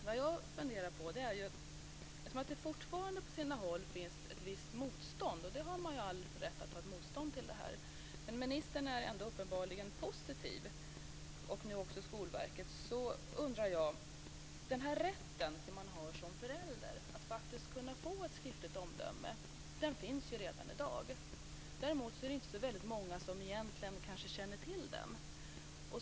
Vad jag funderar på är följande: Det finns fortfarande på sina håll ett visst motstånd, och man har ju all rätt att vara motståndare till det här, men ministern är ändå uppenbarligen positiv, och nu också Skolverket. Den här rätten som man har som förälder att kunna få ett skriftligt omdöme finns ju redan i dag. Däremot är det inte så väldigt många som känner till den.